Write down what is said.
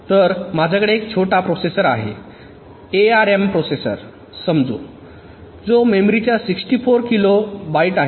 तर माझ्याकडे एक छोटा प्रोसेसर आहे एआरएम प्रोसेसर समजू जो मेमरीच्या 64 किलो बाइट आहे